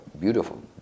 beautiful